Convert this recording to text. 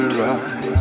right